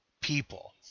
people